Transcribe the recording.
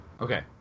Okay